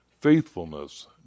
faithfulness